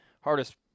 hardest